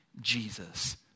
Jesus